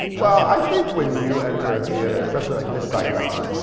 well, i think when you enter a theater, especially like miss saigon.